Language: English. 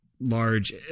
large